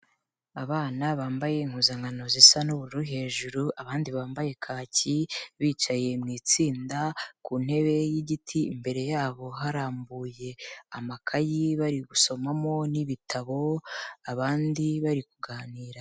Abana bambaye impuzankano zisa n'ubururu hejuru, abandi bambaye kaki, bicaye mu itsinda ku ntebe y'igiti, imbere yabo harambuye amakayi bari gusomamo n'ibitabo, abandi bari kuganira.